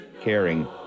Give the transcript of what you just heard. caring